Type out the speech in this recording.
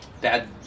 bad